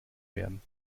werden